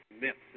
myths